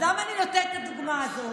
אז למה אני נותנת את הדוגמה הזאת?